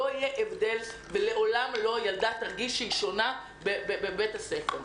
לא יהיה הבדל ולעולם ילדה לא תרגיש שהיא שונה בבית הספר.